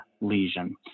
lesion